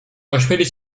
ośmielić